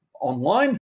online